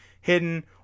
hidden